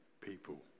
people